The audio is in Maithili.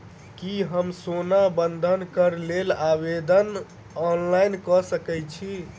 की हम सोना बंधन कऽ लेल आवेदन ऑनलाइन कऽ सकै छी?